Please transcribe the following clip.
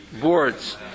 boards